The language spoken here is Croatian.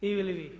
Ili vi?